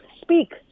speak